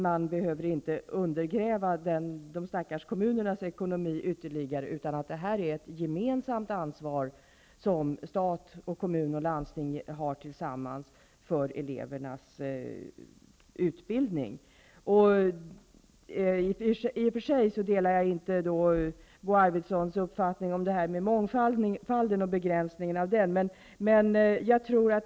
De stackars kommunernas ekonomi behöver inte undergrävas ytterligare. Detta är ett gemensamt ansvar som stat, kommun och landsting har tillsammans för elevernas utbildning. Jag delar inte Bo Arvidsons uppfattning om att mångfalden begränsas.